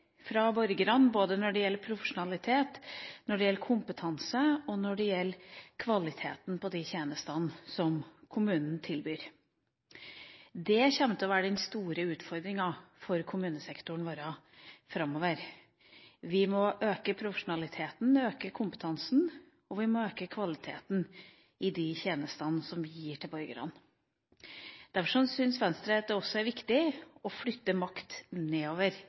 fra borgernes side, både når det gjelder profesjonalitet, kompetanse og kvalitet på de tjenestene som kommunen tilbyr. Det vil være den store utfordringen for kommunesektoren framover. Vi må øke profesjonaliteten, vi må øke kompetansen, og vi må øke kvaliteten i de tjenestene som vi gir til borgerne. Derfor syns Venstre også at det er viktig å flytte makt nedover